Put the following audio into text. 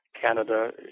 Canada